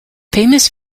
famous